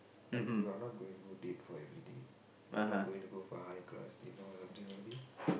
like you're not going to go date for everyday like not going to go for high class dinner or something everyday